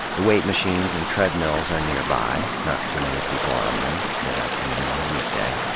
the weight machines and treadmills are nearby not too many people on them, midafternoon on a weekday.